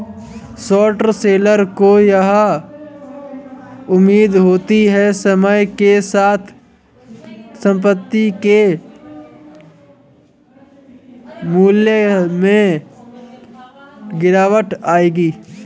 short seller को यह उम्मीद होती है समय के साथ संपत्ति के मूल्य में गिरावट आएगी